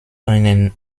einen